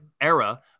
era